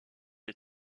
les